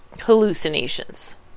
hallucinations